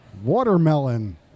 Watermelon